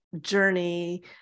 journey